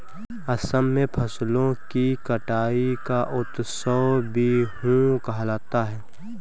असम में फसलों की कटाई का उत्सव बीहू कहलाता है